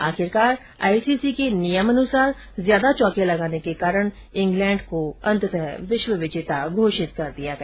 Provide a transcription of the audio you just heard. आखिरकार आईसीसी के नियमानुसार ज्यादा चौके लगाने के कारण इंग्लैंड को विश्व विजेता घोषित किया गया